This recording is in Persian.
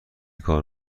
کار